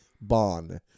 Bond